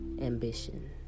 Ambition